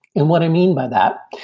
and what i mean by that,